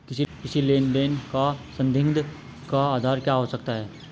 किसी लेन देन का संदिग्ध का आधार क्या हो सकता है?